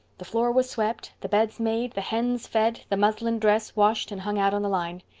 the floor was swept, the beds made, the hens fed, the muslin dress washed and hung out on the line.